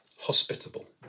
Hospitable